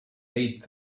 eight